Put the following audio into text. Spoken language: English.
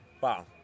wow